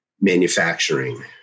manufacturing